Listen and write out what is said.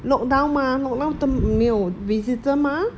lockdown mah lockdown time 没有 visitor mah